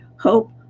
hope